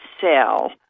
sell